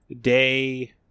Day